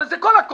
הרי זה כל הקומה.